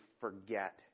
forget